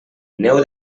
neu